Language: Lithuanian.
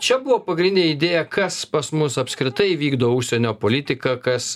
čia buvo pagrindinė idėja kas pas mus apskritai vykdo užsienio politiką kas